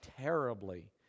terribly